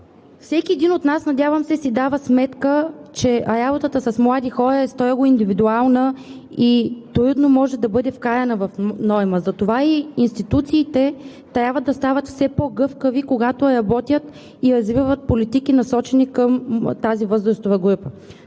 Всеки един от нас, надявам се, си дава сметка, че работата с млади хора е строго индивидуална и трудно може да бъде вкарана в норма. Затова и институциите трябва да стават все по-гъвкави, когато работят и развиват политики, насочени към тази възрастова група.